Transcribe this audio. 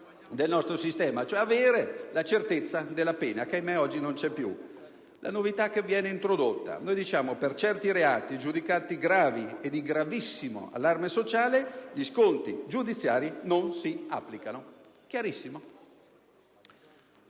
del nostro sistema, cioè la certezza della pena che - ahimè - oggi non c'è più. Qual è la novità introdotta? Diciamo che per certi reati, giudicati gravi e di gravissimo allarme sociale, gli sconti giudiziari non si applicano. È chiarissimo!